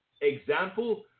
Example